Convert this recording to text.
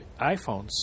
iPhones